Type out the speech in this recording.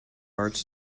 arts